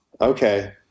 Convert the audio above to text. okay